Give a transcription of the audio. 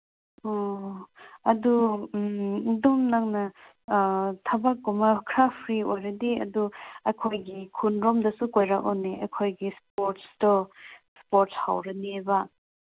ꯑꯣ ꯑꯗꯨ ꯑꯗꯨꯝ ꯅꯪꯅ ꯊꯕꯛꯀꯨꯝꯕ ꯈꯔ ꯐ꯭ꯔꯤ ꯑꯣꯏꯔꯗꯤ ꯑꯗꯨ ꯑꯩꯈꯣꯏꯒꯤ ꯈꯨꯟꯂꯣꯝꯗꯁꯨ ꯀꯣꯏꯔꯛꯑꯣꯅꯦ ꯑꯩꯈꯣꯏꯒꯤ ꯏꯁꯄꯣꯔꯠꯁꯇꯣ ꯏꯁꯄꯣꯔꯠꯁ ꯍꯧꯔꯅꯤꯕ